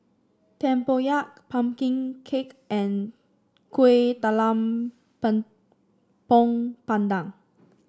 tempoyak pumpkin cake and Kueh Talam pandan